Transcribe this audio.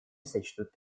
сочтут